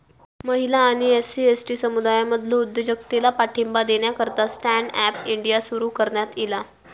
महिला आणि SC, ST समुदायांमधलो उद्योजकतेला पाठिंबा देण्याकरता स्टँड अप इंडिया सुरू करण्यात ईला